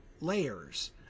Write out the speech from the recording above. layers